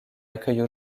accueille